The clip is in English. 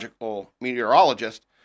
Meteorologist